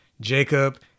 Jacob